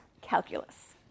calculus